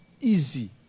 easy